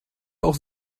auch